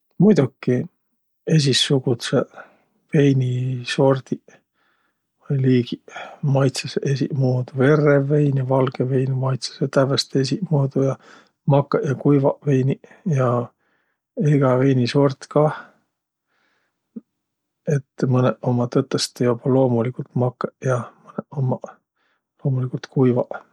Muidoki esiqsugudsõq veinisordiq vai liigiq maitsõsõq esiqmuudu. Verrev vein ja valgõ vein maitsõsõq tävveste esiqmuudu ja makõq ja kuivaq veiniq ja egä veinisort kah. Et mõnõq ummaq tõtõstõ joba loomuligult makõq ja mõnõq ummaq loomuligult kuivaq.